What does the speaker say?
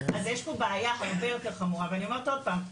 אז יש פה בעיה הרבה יותר חמורה ואני אומרת עוד פעם,